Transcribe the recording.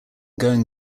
going